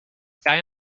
sky